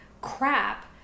crap